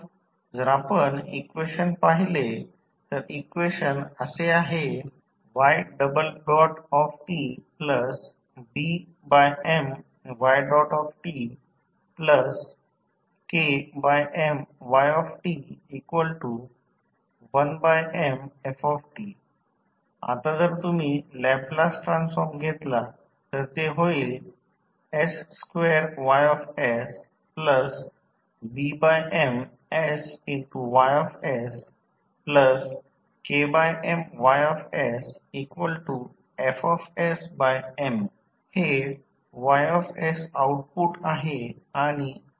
जर आपण इक्वेशन पाहिले तर इक्वेशन असे आहे ytBMytKMyt1Mft आता जर तुम्ही लॅपलास ट्रान्सफॉर्म घेतला तर ते होईल s2YsBMsYsKMYsFsM हे Ys आऊटपुट आहे आणि Fs इनपुट आहे